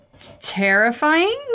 terrifying